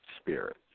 spirit